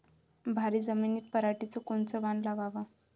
भारी जमिनीत पराटीचं कोनचं वान लावाव?